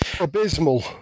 Abysmal